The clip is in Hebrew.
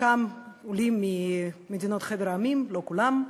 חלקם עולים מחבר המדינות, לא כולם.